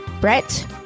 Brett